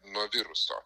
nuo viruso